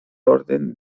orden